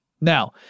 Now